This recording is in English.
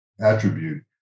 attribute